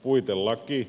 puitelaki